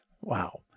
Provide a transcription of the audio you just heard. Wow